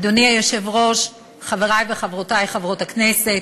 אדוני היושב-ראש, חברי וחברותי חברות הכנסת,